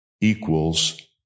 equals